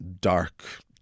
dark